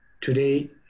today